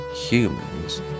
humans